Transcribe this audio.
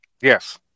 Yes